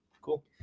Cool